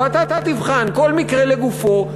ואתה תבחן כל מקרה לגופו,